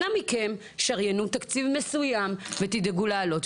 אנא מכם שריינו תקציב מסוים ותדאגו להעלות.